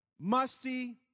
Musty